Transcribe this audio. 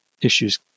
issues